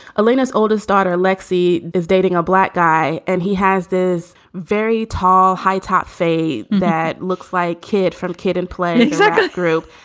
alina's oldest daughter, lexi, is dating a black guy and he has this very tall, high top fade that looks like kid from kid and play group.